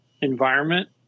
environment